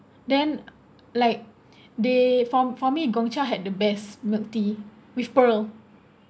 then like they for for me Gongcha had the best milk tea with pearl